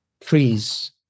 trees